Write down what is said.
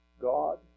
God